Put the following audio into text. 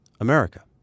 America